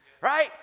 right